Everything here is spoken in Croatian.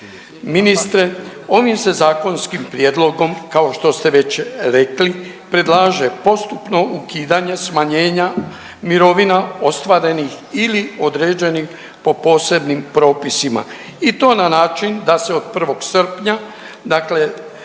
ministre, ovim se zakonskim prijedlogom kao što ste već rekli predlaže postupno ukidanje smanjenja mirovina ostvarenih ili određenih po posebnim propisima i to na način da se od 1. srpnja dakle